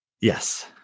yes